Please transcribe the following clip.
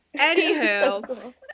anywho